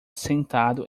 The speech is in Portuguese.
sentado